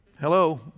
Hello